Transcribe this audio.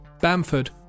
Bamford